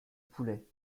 poulet